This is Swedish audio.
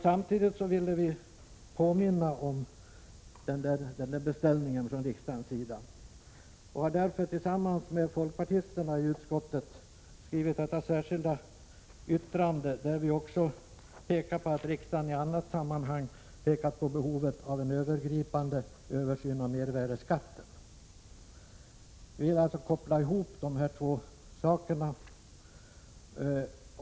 Samtidigt ville vi emellertid påminna om riksdagens beställning och har därför tillsammans med folkpartisterna i utskottet skrivit detta särskilda yttrande, där vi också framhåller att riksdagen i annat sammanhang pekat på behovet av en övergripande översyn av mervärdeskatten. Vi vill alltså koppla samman dessa båda saker.